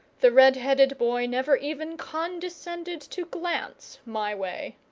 the red-headed boy never even condescended to glance my way.